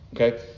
Okay